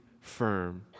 firm